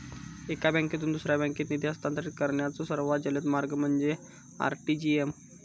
एका बँकेतून दुसऱ्या बँकेत निधी हस्तांतरित करण्याचो सर्वात जलद मार्ग म्हणजे आर.टी.जी.एस